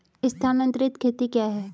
स्थानांतरित खेती क्या है?